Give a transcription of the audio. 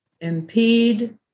impede